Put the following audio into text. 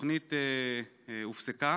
התוכנית הופסקה